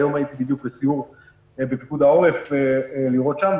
היום הייתי בסיור בפיקוד העורף לראות שם,